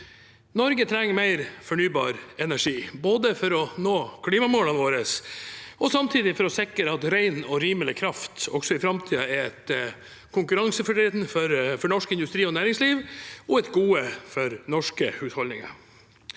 Norge trenger vi mer fornybar energi, både for å nå klimamålene våre og samtidig for å sikre at ren og rimelig kraft også i framtiden er et konkurransefortrinn for norsk industri og næringsliv og et gode for norske husholdninger.